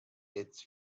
its